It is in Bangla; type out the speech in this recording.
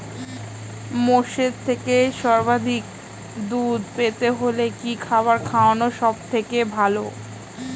মোষের থেকে সর্বাধিক দুধ পেতে হলে কি খাবার খাওয়ানো সবথেকে ভালো?